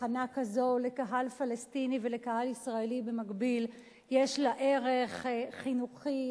תחנה כזו לקהל פלסטיני ולקהל ישראלי במקביל יש לה ערך חינוכי,